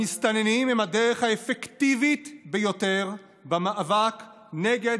המסתננים הם הדרך האפקטיבית ביותר במאבק נגד